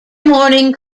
morning